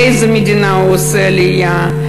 לאיזה מדינה הוא עושה עלייה,